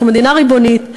אנחנו מדינה ריבונית,